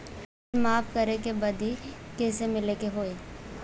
Bill माफ करे बदी कैसे मिले के होई?